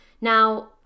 Now